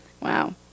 Wow